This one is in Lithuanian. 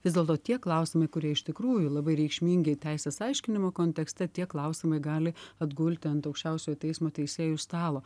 vis dėlto tie klausimai kurie iš tikrųjų labai reikšmingi teisės aiškinimo kontekste tie klausimai gali atgulti ant aukščiausiojo teismo teisėjų stalo